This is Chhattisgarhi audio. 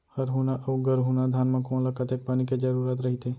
हरहुना अऊ गरहुना धान म कोन ला कतेक पानी के जरूरत रहिथे?